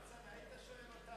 "אצלי לא תהיה הקפאת בנייה".